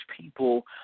people